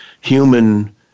human